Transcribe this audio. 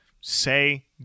say